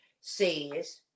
says